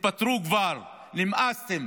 התפטרו כבר, נמאסתם.